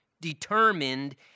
determined